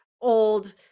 old